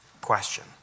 question